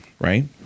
right